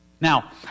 now